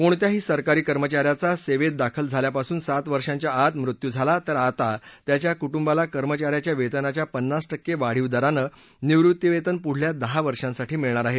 कोणत्याही सरकारी कर्मचा याचा सेवेत दाखल झाल्यापासून सात वर्षांच्या आत मृत्यू झाला तर आता त्याच्या कुटुंबाला कर्मचा याच्या वेतनाच्या पन्नास टक्के वाढीव दरानं निवृत्तीवेतन पुढल्या दहा वर्षांसाठी मिळणार आहे